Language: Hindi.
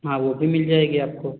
हाँ वो भी मिल जायेगी आपको